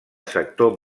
sector